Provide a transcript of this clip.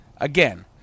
again